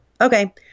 Okay